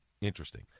Interesting